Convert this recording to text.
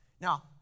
Now